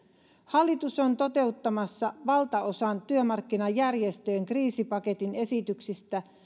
hallitus on toteuttamassa valtaosan työmarkkinajärjestöjen kriisipaketin esityksistä